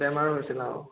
বেমাৰ হৈছিল অ'